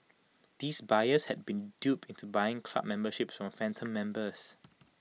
these buyers had been duped into buying club memberships from phantom members